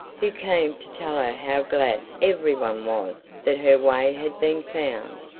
who came to tell her how glad everyone was that her way had been found,